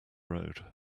road